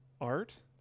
art